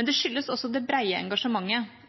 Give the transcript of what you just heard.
Men det skyldes også det brede engasjementet